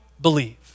believe